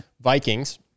vikings